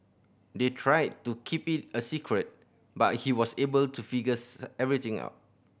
they tried to keep it a secret but he was able to figures everything out